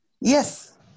Yes